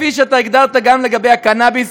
כפי שאתה הגדרת גם לגבי הקנאביס,